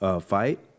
fight